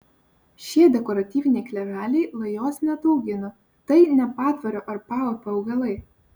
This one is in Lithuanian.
šie dekoratyviniai kleveliai lajos neataugina tai ne patvorio ar paupio augalai